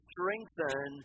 strengthen